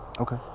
Okay